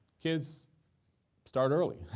kids start early.